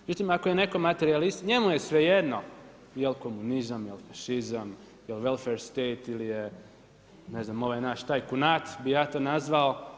Međutim, ako je netko materijalist njemu je svejedno jel' komunizam, jel' fašizam, jel' welfare state ili je ne znam ovaj naš taj kunat bih ja to nazvao.